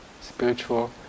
spiritual